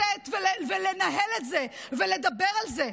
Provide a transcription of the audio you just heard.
שום זכות לצאת ולנהל את זה ולדבר על זה.